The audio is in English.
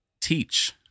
teach